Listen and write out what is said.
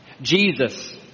Jesus